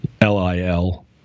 L-I-L